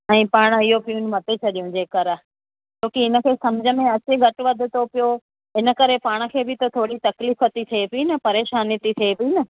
ऐं पाण उहो प्यून मटाए छॾियूं जेकर छो की हिन खे सम्झि में अचे घटि वधि थो पियो इन करे पाण खे बि त थोरी तकलीफ़ थी थिए बि न परेशानी थी थिए बि न